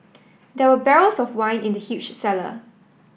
there were barrels of wine in the huge cellar